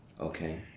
Okay